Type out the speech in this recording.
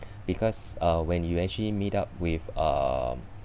because uh when you actually meet up with uh